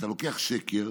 אתה לוקח שקר,